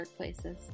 workplaces